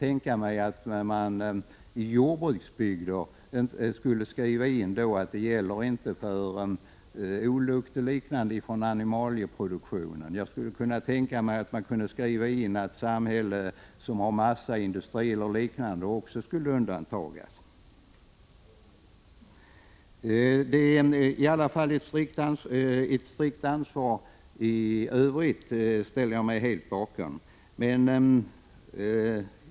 tänka mig att man för jordbruksbygder skulle skriva in att skadeståndsansvaret inte gäller för lukt från animalieproduktion och att samhällen som har massaindustri eller liknande också undantas. I övrigt ställer jag mig helt bakom regler om strikt ansvar.